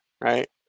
Right